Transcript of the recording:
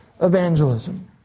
evangelism